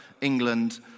England